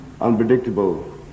unpredictable